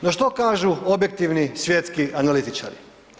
No što kažu objektivni svjetski analitičari?